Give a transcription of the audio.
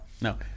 No